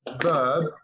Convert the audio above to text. verb